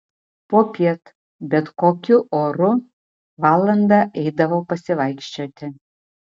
popiet bet kokiu oru valandą eidavo pasivaikščioti